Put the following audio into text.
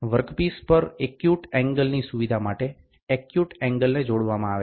workpiece પર acute એંગલની સુવિધા માટે એક્યુટ એંગલને જોડવામાં આવે છે